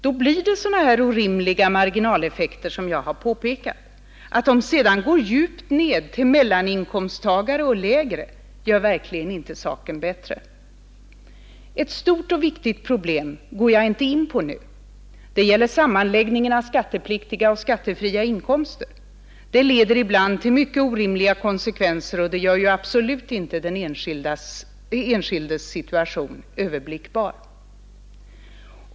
Då blir det till slut sådana orimliga marginaleffekter som dem jag har påpekat. Att dessa hårda marginaleffekter går djupt ned till mellaninkomsttagare och lägre inkomsttagare gör verkligen inte saken bättre. Ett stort och viktigt problem går jag inte in på nu. Det gäller sammanläggningen av skattepliktiga och skattefria inkomster. Den leder ibland till mycket orimliga konsekvenser, och det gör absolut inte den enskildes situation överblickbar.